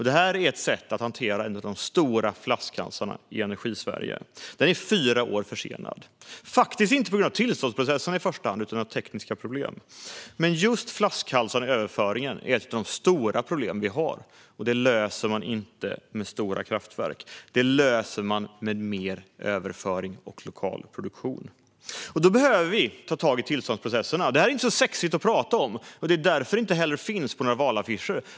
Detta är ett sätt att hantera en av de stora flaskhalsarna i Energisverige. Sydvästlänken är fyra år försenad, faktiskt inte i första hand på grund av tillståndsprocesserna utan på grund av tekniska problem. Just flaskhalsar i överföringen är ett av de stora problem vi har. Det löser man inte med stora kraftverk, utan det löser man med mer överföring och lokal produktion. Och då behöver vi ta tag i tillståndsprocesserna. Detta är inte så sexigt att prata om, och det är därför det inte heller finns med på några valaffischer.